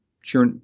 sure